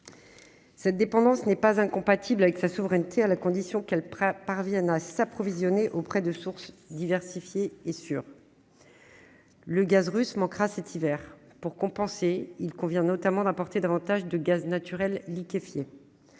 Cette dépendance n'est pas incompatible avec sa souveraineté, à la condition que l'Europe parvienne à s'approvisionner auprès de sources diversifiées et sûres. Le gaz russe manquera cet hiver. Pour compenser, il convient notamment d'importer davantage de gaz naturel liquéfié.